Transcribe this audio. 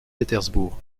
pétersbourg